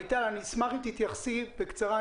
אני אשמח אם תתייחסי בקצרה,